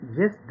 yes